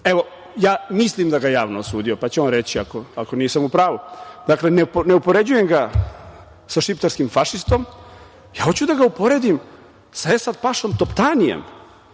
evo, ja mislim da ga je javno osudio, pa će on reći ako nisam u pravu. Dakle, ne upoređujem ga sa šiptarskim fašistom, ja hoću da ga uporedim sa Esad-pašom Toptanijem,